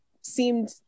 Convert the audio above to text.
seemed